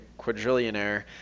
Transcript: quadrillionaire